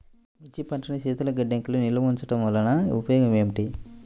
మిర్చి పంటను శీతల గిడ్డంగిలో నిల్వ ఉంచటం వలన ఉపయోగం ఏమిటి?